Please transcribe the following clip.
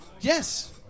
Yes